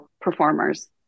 performers